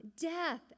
death